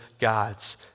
God's